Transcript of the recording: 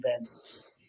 events